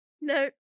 No